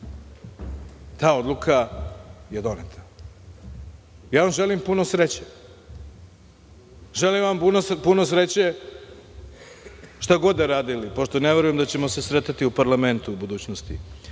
ta odluka je doneta. Želim vam puno sreće, želim vam puno sreće šta god radili pošto ne verujem da ćemo se sretati u parlamentu u budućnosti,